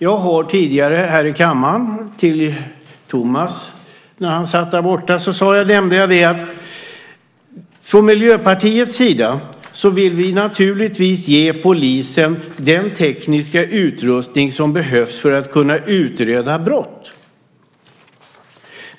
Jag sade tidigare här i kammaren till Thomas, när han satt där borta, att vi från Miljöpartiets sida givetvis vill ge polisen den tekniska utrustning som behövs för att kunna utreda brott.